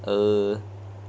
uh